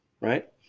right